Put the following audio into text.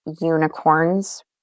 unicorns